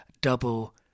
double